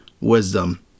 wisdom